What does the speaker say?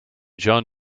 john